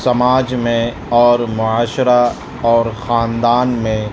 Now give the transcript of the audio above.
سماج میں اور معاشرہ اور خاندان میں